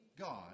God